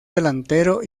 delantero